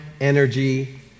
energy